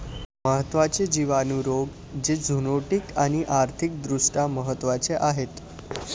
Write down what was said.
महत्त्वाचे जिवाणू रोग जे झुनोटिक आणि आर्थिक दृष्ट्या महत्वाचे आहेत